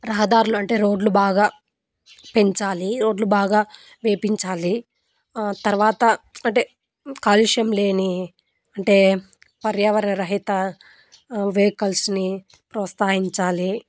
రహదారులు అంటే రోడ్లు బాగా పెంచాలి రోడ్లు బాగా వేయించాలి తర్వాత అంటే కాలుష్యం లేని అంటే పర్యావరణ రహిత వెహికల్స్ని ప్రోత్సహించాలి